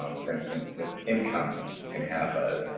um for instance, with income you can have ah